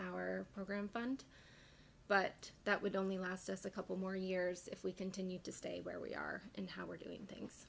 our program fund but that would only last us a couple more years if we continue to stay where we are and how we're doing